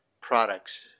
products